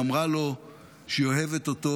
ואמרה לו שהיא אוהבת אותו.